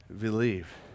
Believe